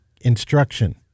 instruction